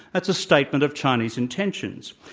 that's a statement of chinese intentions,